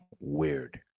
weird